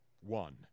One